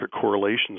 correlations